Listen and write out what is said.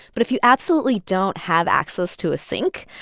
but if you absolutely don't have access to a sink,